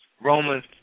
Romans